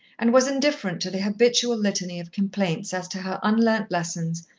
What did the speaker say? and was indifferent to the habitual litany of complaints as to her unlearnt lessons,